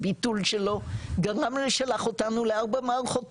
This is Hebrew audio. הביטול שלו שלח אותנו לארבע מערכות בחירות,